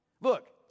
Look